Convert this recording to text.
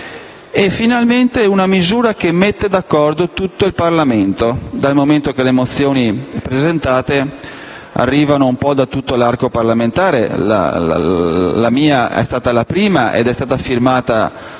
esame è una misura che mette d'accordo tutto il parlamento, dal momento che le mozioni presentate arrivano un po' da tutto l'arco parlamentare. La mia è stata la prima presentata in materia ed